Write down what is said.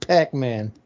Pac-Man